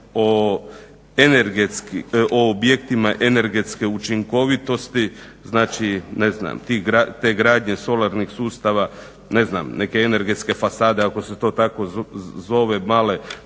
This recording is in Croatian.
o objektima energetske učinkovitosti znači ne znam te gradnje solarnih sustava ne znam, neke energetske fasade ako se to tako zove male